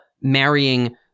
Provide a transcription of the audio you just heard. marrying